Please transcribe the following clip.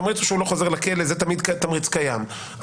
זה תמיד תמריץ קיים.